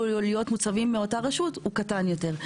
להיות מוצבים מאותה רשות הוא קטן יותר.